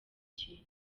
kintu